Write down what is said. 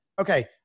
okay